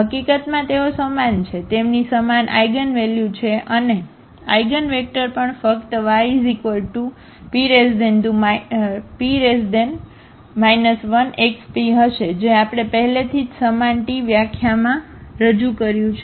હકીકતમાં તેઓ સમાન છે તેમની સમાન આઇગનવેલ્યુ છે અને આઇગનવેક્ટર પણ ફક્ત yP 1xP હશે જે આપણે પહેલેથી જ સમાન ટી વ્યાખ્યામાં રજૂ કર્યું છે